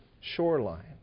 shoreline